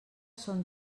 són